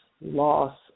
loss